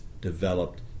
developed